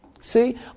See